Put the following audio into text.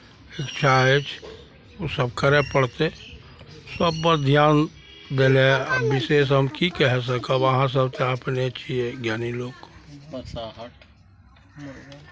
इच्छा अछि ओसभ करय पड़तै सभपर ध्यान देनाइ आब विशेष हम की कहि सकब अहाँसभ तऽ अपने छियै ज्ञानी लोक